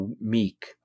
meek